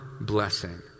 blessing